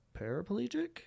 paraplegic